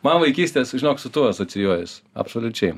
man vaikystės žinok su tuo asocijuojas absoliučiai